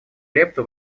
лепту